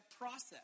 process